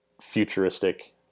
futuristic